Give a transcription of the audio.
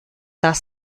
das